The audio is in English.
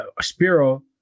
spiro